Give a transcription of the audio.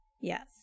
Yes